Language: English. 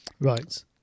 right